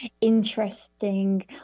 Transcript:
interesting